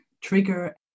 trigger